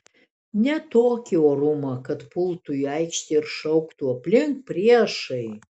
ne tokį orumą kad pultų į aikštę ir šauktų aplink priešai